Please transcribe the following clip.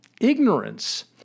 ignorance